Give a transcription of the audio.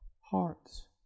hearts